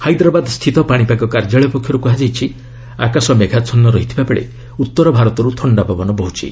ହାଇଦ୍ରାବାଦସ୍ତିତ ପାଣିପାଗ କାର୍ଯ୍ୟାଳୟ ପକ୍ଷରୁ କୁହାଯାଇଛି ଆକାଶ ମେଘାଚ୍ଛନ୍ନ ରହିଥିବାବେଳେ ଉତ୍ତର ଭାରତର ଥଣ୍ଡା ପବନ ବହୁଛି